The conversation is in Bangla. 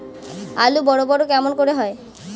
আলু বড় বড় কেমন করে হয়?